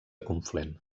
conflent